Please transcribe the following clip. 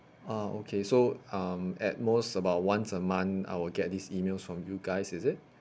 ah okay so um at most about once a month I will get these emails from you guys is it